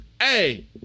Hey